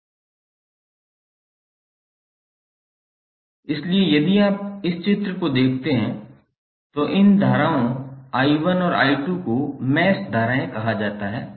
इसलिए यदि आप इस आंकड़े को देखते हैं तो इन धाराओं 𝐼1 और 𝐼2 को मैश धाराएं कहा जाता है